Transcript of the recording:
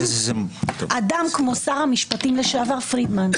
אדם כמו שר המשפטים לשעבר פרידמן,